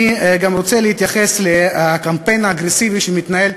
אני גם רוצה להתייחס לקמפיין האגרסיבי שמתנהל,